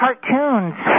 cartoons